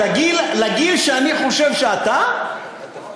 לגיל שאני חושב שאתה,